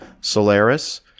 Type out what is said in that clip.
Solaris